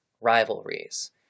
rivalries